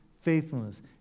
faithfulness